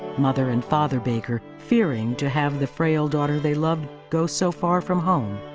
mother and father baker fearing to have the frail daughter they loved go so far from home.